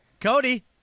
Cody